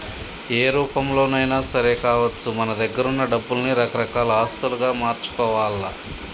ఏ రూపంలోనైనా సరే కావచ్చు మన దగ్గరున్న డబ్బుల్ని రకరకాల ఆస్తులుగా మార్చుకోవాల్ల